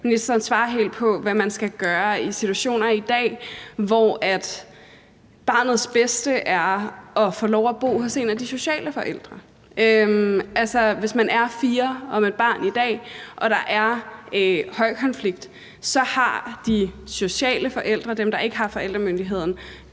svarer helt på, hvad man skal gøre i de situationer i dag, hvor barnets bedste er at få lov at bo hos en af de sociale forældre. Altså, hvis man er fire om et barn i dag og der er højkonflikt, så har de sociale forældre – dem, der ikke har forældremyndigheden